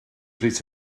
bryd